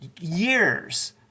years